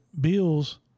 Bills